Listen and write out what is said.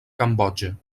cambodja